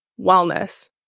wellness